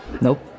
Nope